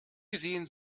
gesehen